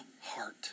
heart